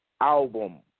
album